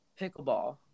Pickleball